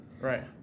Right